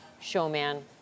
showman